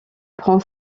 prend